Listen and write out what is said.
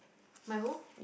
my who